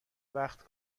وقت